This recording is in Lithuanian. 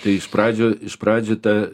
tai iš pradžių iš pradžių ta